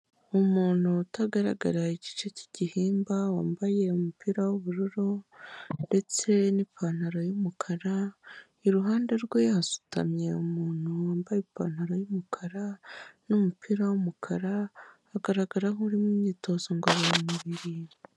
Umuntu utagaragara igice cy'igihimba wambaye umupira w'ubururu ndetse n'ipantaro y'umukara, iruhande rwe hasutamye umuntu wambaye ipantaro y'umukara n'umupira w'umukara, agaragara nk'uri mu imyitozo ngororamubiri.